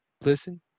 listen